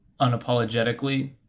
unapologetically